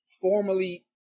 formally